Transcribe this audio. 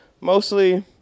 Mostly